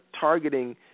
targeting